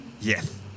Yes